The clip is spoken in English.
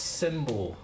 symbol